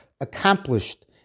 accomplished